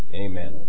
amen